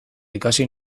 ikasi